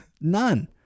none